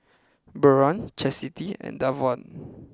Byron Chastity and Davon